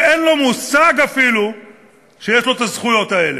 ואין לו מושג אפילו שיש לו זכויות כאלה.